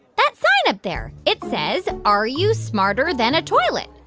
that sign up there. it says, are you smarter than a toilet?